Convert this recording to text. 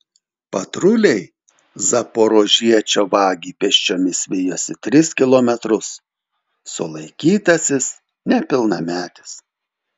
patruliai zaporožiečio vagį pėsčiomis vijosi tris kilometrus sulaikytasis nepilnametis